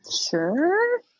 Sure